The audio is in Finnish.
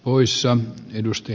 poissa enemmän